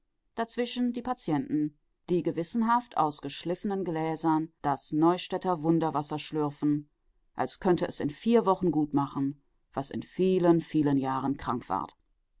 dazwischen die patienten die gewissenhaft aus geschliffenen gläsern das neustädter wunderwasser schlürfen als könnte es in vier wochen gutmachen was in vielen vielen jahren krank ward